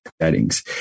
settings